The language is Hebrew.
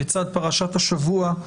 בצד פרשת השבוע,